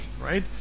right